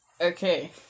Okay